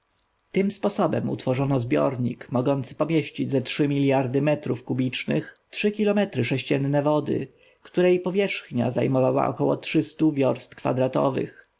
tym sposobem utworzono zbiornik mogący pomieścić ze trzy miljardy metrów kubicznych trzy kilometry sześcienne wody której powierzchnia zajmowała około trzystu kilometrów kwadratowych